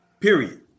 Period